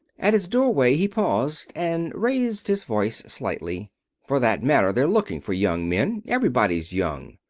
at his doorway he paused and raised his voice slightly for that matter, they're looking for young men. everybody's young.